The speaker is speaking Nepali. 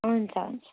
हुन्छ हुन्छ